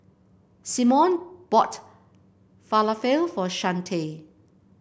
Simone bought Falafel for Chante